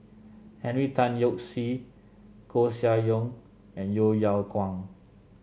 Henry Tan Yoke See Koeh Sia Yong and Yeo Yeow Kwang